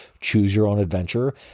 choose-your-own-adventure